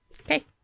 Okay